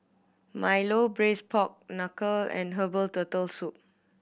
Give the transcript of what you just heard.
milo Braised Pork Knuckle and herbal Turtle Soup